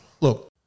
Look